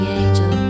angel